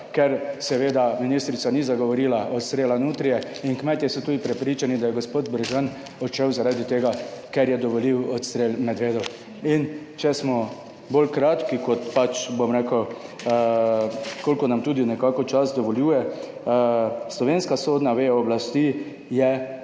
ker seveda ministrica ni zagovorila odstrela nutrije. In kmetje so tudi prepričani, da je gospod Brežan odšel zaradi tega, ker je dovolil odstrel medvedov. In če smo bolj kratki, kot pač bom rekel, kolikor nam tudi nekako čas dovoljuje, slovenska sodna veja oblasti je